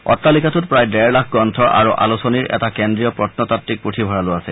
অট্টালিকাটোত প্ৰায় ডেৰ লাখ গ্ৰন্থ আৰু আলোচনীৰ এটা কেন্দ্ৰীয় প্ৰম্নতাত্বিক পুথিভঁৰালো আছে